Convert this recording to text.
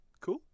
cool